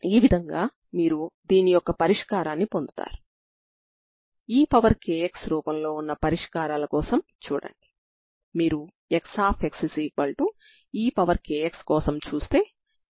ఇప్పుడు మీరు సరిహద్దు నియమాలను X00 కు వర్తింపజేస్తే అది నాకు c1 c20 ని ఇస్తుంది